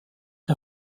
der